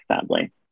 sadly